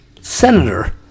Senator